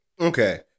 Okay